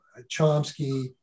Chomsky